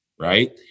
Right